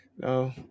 No